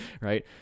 right